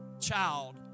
child